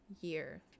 year